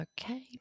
Okay